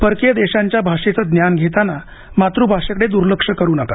परकीय देशांच्या भाषेचे ज्ञान घेताना मातृभाषेकडे दुर्लक्ष करू नका